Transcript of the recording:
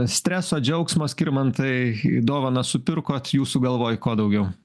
streso džiaugsmo skirmantai dovanas supirkot jūsų galvoj ko daugiau